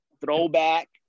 throwback